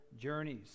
journeys